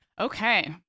Okay